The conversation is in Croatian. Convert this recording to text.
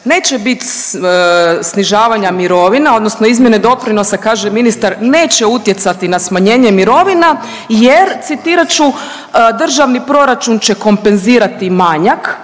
neće biti snižavanja mirovina, odnosno izmjene doprinosa, kaže ministar, neće utjecati na smanjenje mirovina jer, citirat ću, državni proračun će kompenzirati manjak